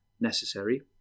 necessary